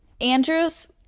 andrews